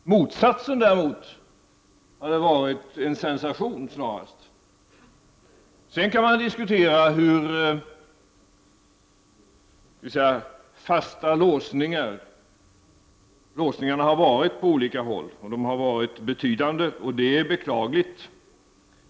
Motsatsen hade snarast varit en sensation. Man kan sedan diskutera hur fasta låsningarna har varit på olika håll. De har varit betydande, vilket är beklagligt.